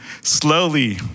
slowly